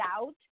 out